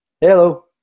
Hello